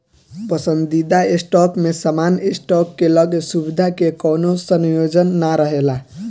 पसंदीदा स्टॉक में सामान्य स्टॉक के लगे सुविधा के कवनो संयोजन ना रहेला